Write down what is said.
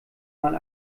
mal